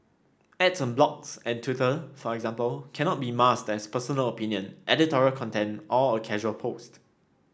ads on blogs and Twitter for instance cannot be masked as personal opinion editorial content or a casual post